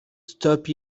stop